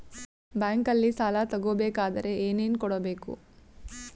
ಬ್ಯಾಂಕಲ್ಲಿ ಸಾಲ ತಗೋ ಬೇಕಾದರೆ ಏನೇನು ಕೊಡಬೇಕು?